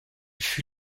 fut